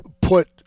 put